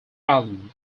island